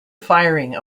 firing